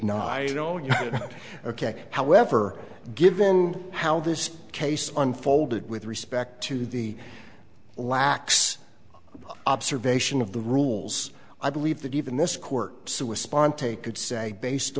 not i know you ok however given how this case unfolded with respect to the lax observation of the rules i believe that even this court to a spontaneous could say based